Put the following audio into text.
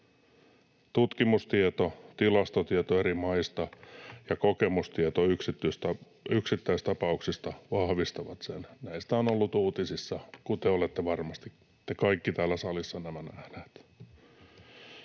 Tutkimustieto, tilastotieto eri maista ja kokemustieto yksittäistapauksista vahvistavat sen. Näistä on ollut uutisissa, kuten olette varmasti, te kaikki täällä salissa, nähneet.